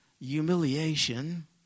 humiliation